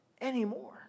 anymore